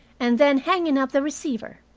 and then hanging up the receiver.